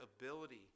ability